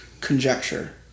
Conjecture